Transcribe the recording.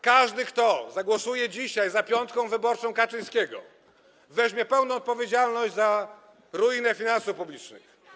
Każdy, kto zagłosuje dzisiaj za piątką wyborczą Kaczyńskiego, weźmie pełną odpowiedzialność za ruinę finansów publicznych.